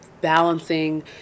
balancing